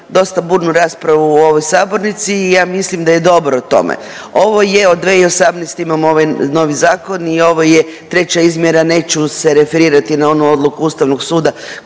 dosta burnu raspravu u ovoj sabornici i ja mislim da je dobro o tome. Ovo je od 2018. imamo ovaj novi zakon i ovo je treća izmjena, neću se referirati na onu odluku Ustavnog suda